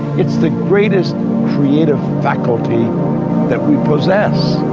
it's the greatest creative faculty that we possess,